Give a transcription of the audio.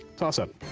toss-up.